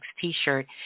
t-shirt